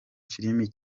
filimi